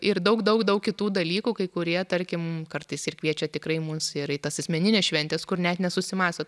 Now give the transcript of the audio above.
ir daug daug daug kitų dalykų kai kurie tarkim kartais ir kviečia tikrai mus ir į tas asmenines šventes kur net nesusimąsto